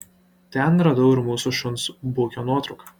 ten radau ir mūsų šuns bukio nuotrauką